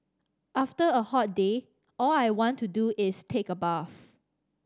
after a hot day all I want to do is take a bath